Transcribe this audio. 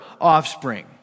offspring